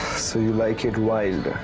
so you like it wild.